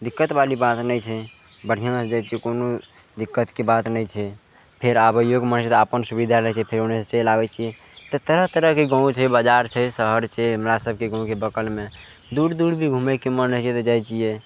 दिक्कतवाली बात नहि छै बढ़िआँसँ जाइ छियै कोनो दिक्कतके बात नहि छै फेर आबैयोके मोन छै तऽ अपन सुविधा रहय छै तऽ फेर ओनेसँ चलि आबय छियै तऽ तरह तरहके गाँव छै बजार छै शहर छै हमरा सबके गाँवके बगलमे दूर दूरभी घुमयके मोन होइ छै तऽ जाइ छियै